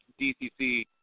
DCC